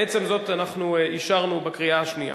בעצם זאת אנחנו אישרנו בקריאה השנייה,